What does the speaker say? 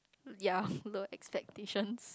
ya low expectations